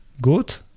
good